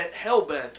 hell-bent